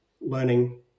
learning